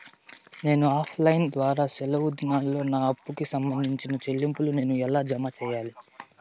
నేను offline ద్వారా సెలవు దినాల్లో నా అప్పుకి సంబంధించిన చెల్లింపులు నేను ఎలా జామ సెయ్యాలి?